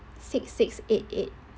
six six eight eight